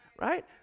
Right